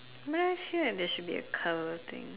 here and there should be a cover thing